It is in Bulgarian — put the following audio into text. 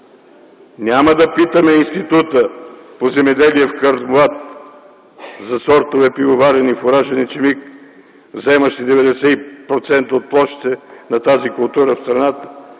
Няма да питаме Института по земеделие в Карнобат за сортове пивоварен и фуражен ечемик, заемащи 90% от площите на тази култура в страната;